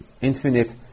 infinite